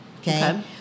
Okay